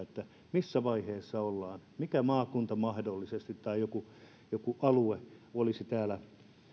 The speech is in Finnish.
missä vaiheessa ollaan mikä maakunta tai joku alue mahdollisesti olisi täällä